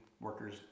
workers